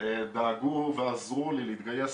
או התאבדו, בגלל מסלול